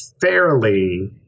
fairly